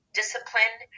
discipline